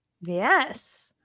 Yes